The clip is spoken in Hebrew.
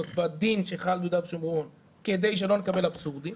בידן שחל ביהודה ושומרון כדי שלא נקבל אבסורדים